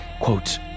quote